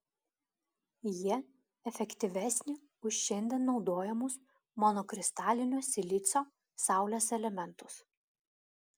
jie efektyvesni už šiandien naudojamus monokristalinio silicio saulės elementus